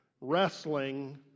wrestling